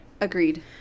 Agreed